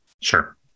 Sure